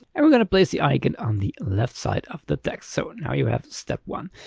and we're going to place the icon on the left side of the text. so now you have step one.